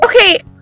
Okay